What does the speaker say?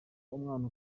umwana